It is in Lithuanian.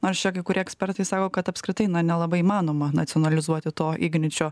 nors čia kai kurie ekspertai sako kad apskritai nelabai įmanoma nacionalizuoti to igničio